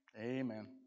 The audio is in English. Amen